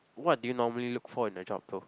what do you normally look for in a job bro